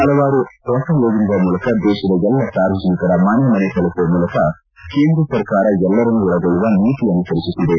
ಹಲವಾರು ಹೊಸ ಯೋಜನೆಗಳ ಮೂಲಕ ದೇತದ ಎಲ್ಲ ಸಾರ್ವಜನಿಕರ ಮನೆ ಮನೆ ತಲುಪುವ ಮೂಲಕ ಕೇಂದ್ರ ಸರ್ಕಾರ ಎಲ್ಲರನ್ನು ಒಳಗೊಳ್ಳುವ ನೀತಿ ಅನುಸರಿಸುತ್ತಿದೆ